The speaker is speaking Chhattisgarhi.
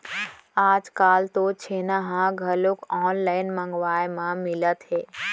आजकाल तो छेना ह घलोक ऑनलाइन मंगवाए म मिलत हे